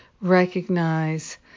recognize